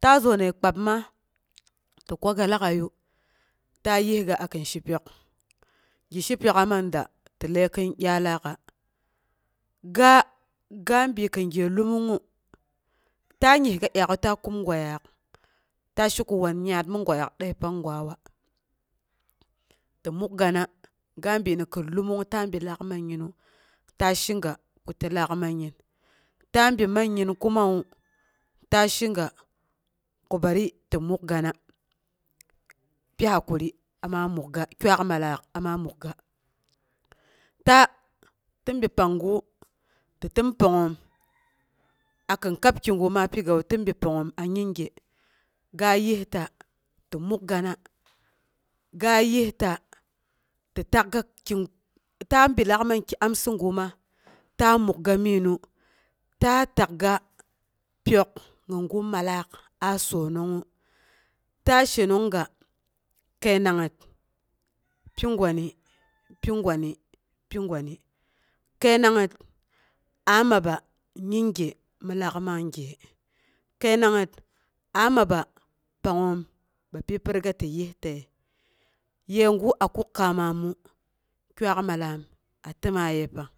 Ta zoonəi kpab ma ti kwaga lag'aiyu, ta yisga a kin shepyoa, gishe pyok'a man da ti ləi kin dyaalaak'a. Ga gabi kin gye lo mungngu, ta yisga dyaaku'u ta kum goiyaak, ta she kowa, yaat mi goiyaak dəi pangwana tɨ mukgana. Ga bi ni kin lomongngu ta bu laak man ginu ta shega ko tɨlaak mangin. Ta bi mangin kumawu, ta shega ko bari tɨ mukgana. Pi hakuri ama mukga, qual mallaak ama mukga ta, ti bi panggu ti təm pangngoom a kin kab kigu ma pigawa tɨnn bi pangngoom a yinge. Ga yista tɨ mukgana, ga yista-ti-takga kiguna ga saamu, ta bilaak manki amsiguwuma ta mukga miinu ta takga pyok nimgu malkar a sonongɨngen. Ta shenongga kəinangngət pi-gwani, pi-gwani, pi-gwani, kəinangngət a amba yinge min laak man gye, kəinangngət a maba pangngoom bapyi pi riga ti yistaye, yegu a kuk kaamamul quak mallam a təma yepong